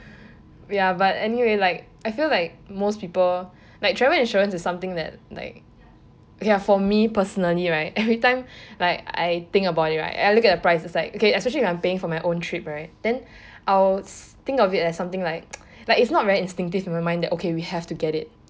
ya but anyway like I feel like most people like travel insurance is something that like okay lah for me personally right every time like I think about it right I look at the price is like okay especially when I am paying for my own trip right then I will think of it as something like like it's not very instinctive in my mind that okay we have to get it